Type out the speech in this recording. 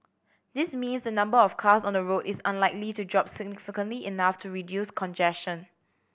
this means the number of cars on the road is unlikely to drop significantly enough to reduce congestion